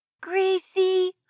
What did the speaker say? Gracie